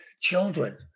children